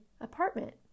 apartment